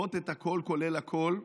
מקריבות את הכול כולל הכול,